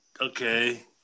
okay